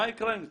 מה יקרה עם זה?